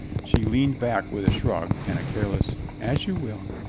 she leaned back with a shrug and a careless, as you will.